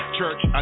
church